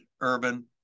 Urban